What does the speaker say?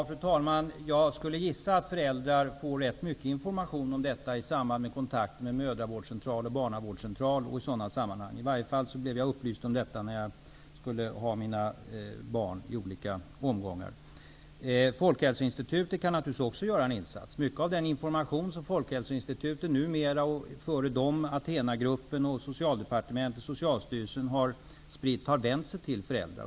Fru talman! Jag skulle gissa att föräldrar får rätt mycket information i samband med deras kontakter med mödravårdscentraler och barnavårdscentraler. I varje fall blev jag upplyst när jag i olika omgångar fick mina barn. Folkhälsoinstitutet kan naturligtvis också göra en insats. Mycket av den information som Folkhälsoinstitutet numera sprider -- tidigare var det Atena-gruppen, Socialdepartementet och Socialstyrelsen -- har vänt sig till föräldrar.